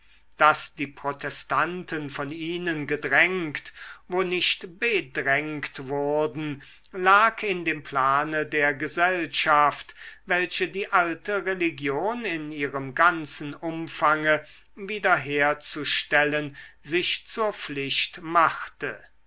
daß die protestanten von ihnen gedrängt wo nicht bedrängt wurden lag in dem plane der gesellschaft welche die alte religion in ihrem ganzen umfange wieder herzustellen sich zur pflicht machte